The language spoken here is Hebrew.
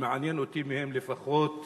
ומעניין אותי מהם לפחות